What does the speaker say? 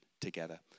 together